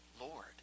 Lord